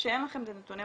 איפה שאין לכם את הנתונים,